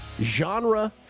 Genre